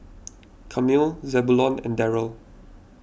Camille Zebulon and Darryll